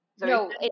No